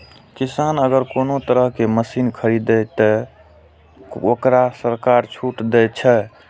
किसान अगर कोनो तरह के मशीन खरीद ते तय वोकरा सरकार छूट दे छे?